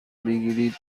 بگیرید